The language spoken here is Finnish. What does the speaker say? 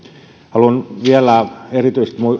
haluan vielä erityisesti